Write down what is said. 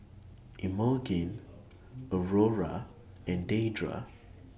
Emogene Aurora and Deidra